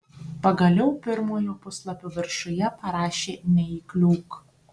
pagaliau pirmojo puslapio viršuje parašė neįkliūk